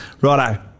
Righto